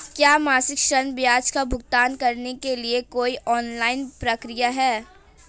क्या मासिक ऋण ब्याज का भुगतान करने के लिए कोई ऑनलाइन प्रक्रिया है?